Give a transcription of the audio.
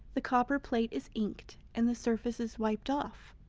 the copper plate is inked, and the surface is wiped off.